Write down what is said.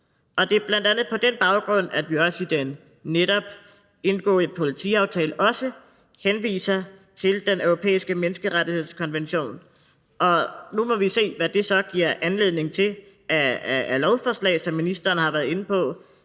Det er bl.a. på den baggrund, at vi også i den netop indgåede politiaftale henviser til Den Europæiske Menneskerettighedskonvention, og nu må vi se, hvad det så giver anledning til af lovforslag, som ministeren har været inde på.